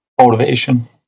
motivation